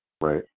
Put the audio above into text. Right